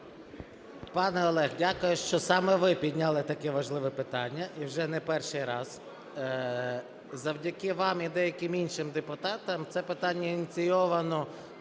Пане Олег, дякую, що саме ви підняли таке важливе питання, і вже не перший раз. Завдяки вам і деяким іншим депутатам це питання ініційовано